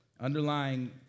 Underlying